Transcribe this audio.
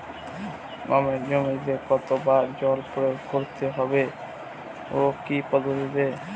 গমের জমিতে কতো বার জল প্রয়োগ করতে হবে ও কি পদ্ধতিতে?